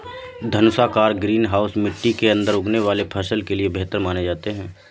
धनुषाकार greenhouse मिट्टी के अंदर उगने वाले फसल के लिए बेहतर माने जाते हैं